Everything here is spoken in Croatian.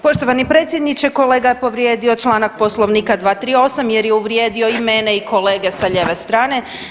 Poštovani predsjedniče kolega je povrijedio Članak Poslovnika 238., jer je uvrijedio i mene i kolege sa lijeve strane.